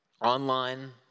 online